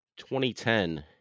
2010